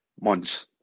Months